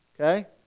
Okay